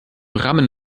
rammen